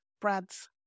Brad's